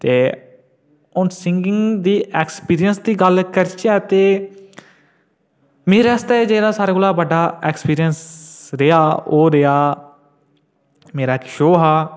ते हून सिंगिंग दी एक्सपीरिएंस दी गल्ल करचै ते मेरे आस्तै जेह्ड़ा सारें कोला बड्डा एक्सपीरिएंस रेहा ओह् रेहा मेरा इक शोऽ हा